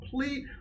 complete